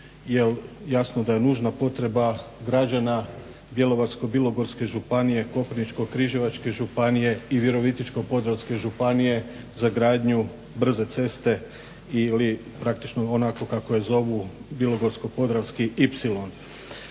jasno da je nužna potreba građana Bjelovarsko-bilogorske županije, Koprivničko-križevačke županije i Virovitičko-podravske županije za gradnju brze ceste ili praktično onako kako je zovu bilogorsko-podravski